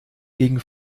gegen